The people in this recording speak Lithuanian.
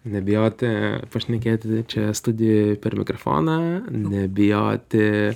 nebijoti pašnekėti čia studijoj per mikrofoną nebijoti